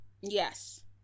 yes